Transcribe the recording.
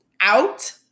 out